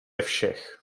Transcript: všech